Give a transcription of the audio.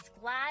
glad